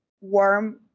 warm